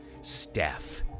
steph